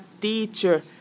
teacher